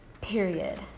period